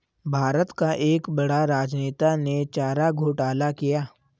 भारत का एक बड़ा राजनेता ने चारा घोटाला किया